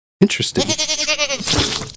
Interesting